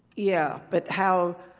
yeah, but how.